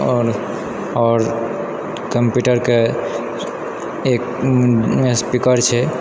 आओर आओर कंप्यूटरके एक स्पीकर छै